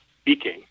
speaking